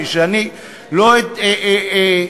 אדוני,